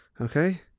okay